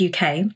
UK